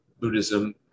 Buddhism